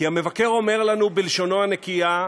כי המבקר אומר לנו בלשונו הנקייה,